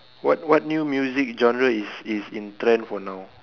what what new music genre is is in trend for now